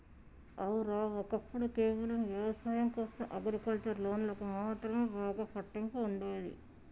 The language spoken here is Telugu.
ఔర, ఒక్కప్పుడు కేవలం వ్యవసాయం కోసం అగ్రికల్చర్ లోన్లకు మాత్రమే బాగా పట్టింపు ఉండేది